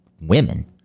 women